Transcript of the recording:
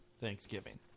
Thanksgiving